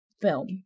film